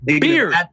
Beard